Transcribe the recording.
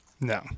No